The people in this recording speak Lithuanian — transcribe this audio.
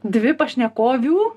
dvi pašnekovių